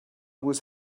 was